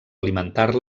alimentar